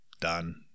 done